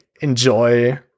enjoy